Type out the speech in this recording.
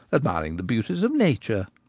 admiring the beau ties of nature.